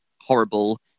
horrible